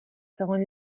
segon